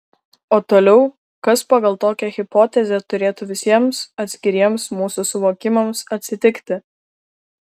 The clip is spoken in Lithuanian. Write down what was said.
o toliau kas pagal tokią hipotezę turėtų visiems atskiriems mūsų suvokimams atsitikti